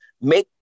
make